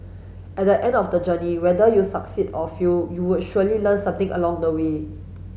at the end of the journey whether you succeed or fail you would surely learn something along the way